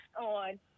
on